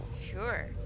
Sure